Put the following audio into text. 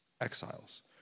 exiles